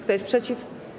Kto jest przeciw?